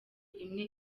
imwe